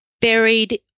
buried